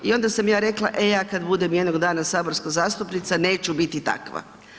E onda sam ja rekla e ja kada budem jednog dana saborska zastupnica neću biti takva.